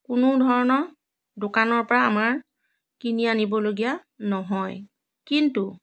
কোনো ধৰণৰ দোকানৰ পৰা আমাৰ কিনি আনিবলগীয়া নহয় কিন্তু